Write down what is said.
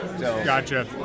Gotcha